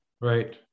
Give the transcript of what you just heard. Right